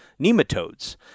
nematodes